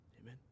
Amen